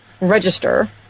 register